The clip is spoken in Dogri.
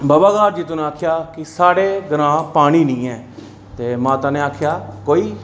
बाबा ग्हार जितो नै आखेआ साढ़ै ग्रांऽ पानी निं ऐ ते माता नै आखेआ कोई गल्ल निं